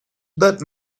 that